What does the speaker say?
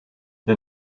the